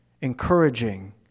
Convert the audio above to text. encouraging